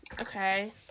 Okay